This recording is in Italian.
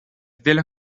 della